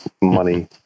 Money